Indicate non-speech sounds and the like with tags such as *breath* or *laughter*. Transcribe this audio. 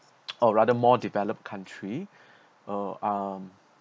*noise* or rather more developed country *breath* uh um